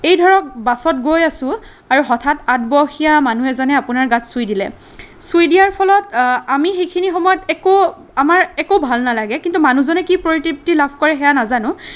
এই ধৰক বাছত গৈ আছোঁ আৰু হঠাৎ আদবয়সীয়া মানুহ এজনে আপোনাৰ গাত চুই দিলে চুই দিয়াৰ ফলত আমি সেইখিনি সময়ত একো আমাৰ একো ভাল নালাগে কিন্তু মানুহজনে কি পৰিতৃপ্তি লাভ কৰে সেয়া নাজানো